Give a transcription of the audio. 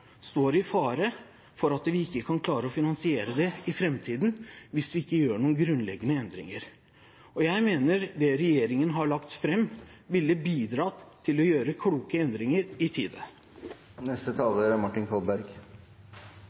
står i fare ved at vi ikke kan klare å finansiere den i framtiden hvis vi ikke gjør noen grunnleggende endringer. Jeg mener det regjeringen har lagt fram, ville bidratt til å gjøre kloke endringer i tide. Relasjonen til flyktningavtalen er